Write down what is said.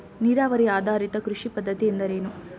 ನೀರಾವರಿ ಆಧಾರಿತ ಕೃಷಿ ಪದ್ಧತಿ ಎಂದರೇನು?